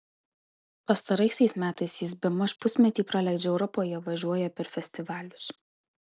pastaraisiais metais jis bemaž pusmetį praleidžia europoje važiuoja per festivalius